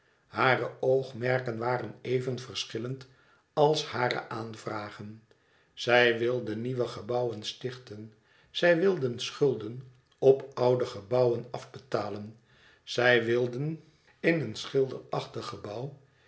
hare oogmerken waren even verschillend als hare aanvragen zij wilden nieuwe gebouwen stichten zij wilden schulden op oude gebouwen afbetalen zij wilden in een schilderachtig